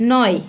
নয়